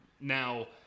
Now